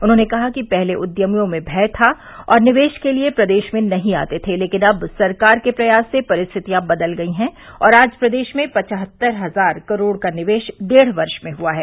उन्होंने कहा कि पहले उद्यमियों में भय था और निवेश के लिए प्रदेश में नहीं आते थे लेकिन अब सरकार के प्रयास से परिस्थितियां बदल गई हैं और आज प्रदेश में फ्हत्तर हजार करोड़ का निवेश डेढ़ वर्ष में हुआ है